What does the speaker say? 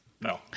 No